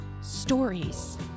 Stories